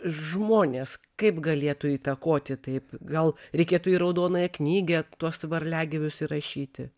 žmonės kaip galėtų įtakoti taip gal reikėtų į raudonąją knygą tuos varliagyvius įrašyti